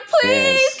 please